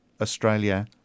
Australia